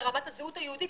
ברמת הזהות היהודית,